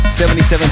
77